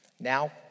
Now